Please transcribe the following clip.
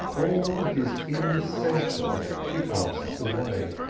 all that is inessential she casts away,